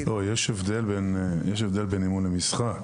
יש הבדל בין אימון למשחק,